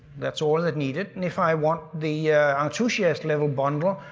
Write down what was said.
that's all that's needed, and if i want the enthusiast level bundle,